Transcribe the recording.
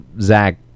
Zach